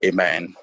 Amen